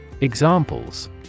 Examples